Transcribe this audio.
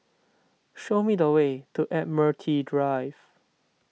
show me the way to Admiralty Drive